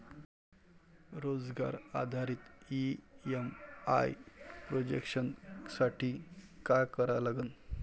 रोजगार आधारित EMI projection साठी का करा लागन?